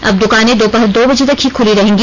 अब दुकानें दोपहर दो बजे तक ही खुली रहेंगी